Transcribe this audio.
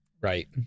Right